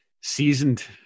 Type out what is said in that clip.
Seasoned